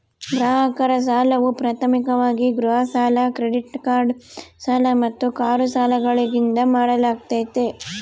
ಗ್ರಾಹಕರ ಸಾಲವು ಪ್ರಾಥಮಿಕವಾಗಿ ಗೃಹ ಸಾಲ ಕ್ರೆಡಿಟ್ ಕಾರ್ಡ್ ಸಾಲ ಮತ್ತು ಕಾರು ಸಾಲಗಳಿಂದ ಮಾಡಲಾಗ್ತೈತಿ